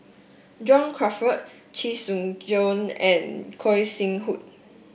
John Crawfurd Chee Soon Juan and Gog Sing Hooi